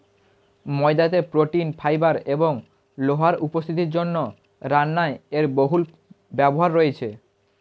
ময়দাতে protein, fibre এবং লোহার উপস্থিতির জন্য রান্নায় এর বহুল ব্যবহার রয়েছে